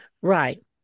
Right